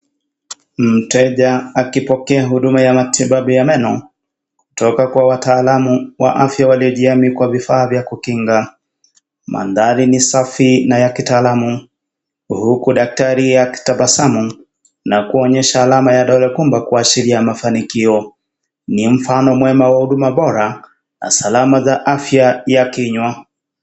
Mteja akipokea huduma ya matibabu ya meno. Kutoka kwa wataalamu wa afya walio jihami kwa vifaa kukinga. Maathari ni safi na ya kitaalamu. Huku daktari akitabasamu na kuonyesha alama ya dole gumba kuashiria mafanikio. Ni mfano mwema wa huduma bora, na salama za afya ya kinywa.